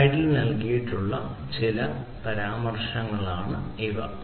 സ്ലൈഡിൽ നൽകിയിട്ടുള്ള ചില പരാമർശങ്ങളാണ് ഇവ